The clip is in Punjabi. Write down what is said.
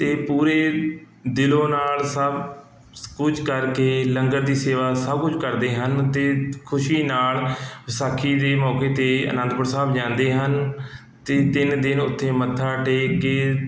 ਅਤੇ ਪੂਰੇ ਦਿਲੋਂ ਨਾਲ਼ ਸਭ ਕੁਝ ਕਰਕੇ ਲੰਗਰ ਦੀ ਸੇਵਾ ਸਭ ਕੁਝ ਕਰਦੇ ਹਨ ਅਤੇ ਖੁਸ਼ੀ ਨਾਲ਼ ਵਿਸਾਖੀ ਦੇ ਮੌਕੇ 'ਤੇ ਅਨੰਦਪੁਰ ਸਾਹਿਬ ਜਾਂਦੇ ਹਨ ਅਤੇ ਤਿੰਨ ਦਿਨ ਉਥੇ ਮੱਥਾ ਟੇਕ ਕੇ